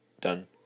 done